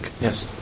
Yes